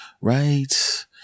Right